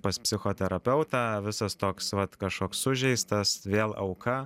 pas psichoterapeutą visas toks vat kažkoks sužeistas vėl auka